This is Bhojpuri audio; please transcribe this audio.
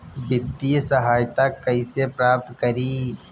वित्तीय सहायता कइसे प्राप्त करी?